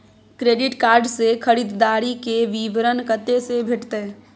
Credit card से खरीददारी के विवरण कत्ते से भेटतै?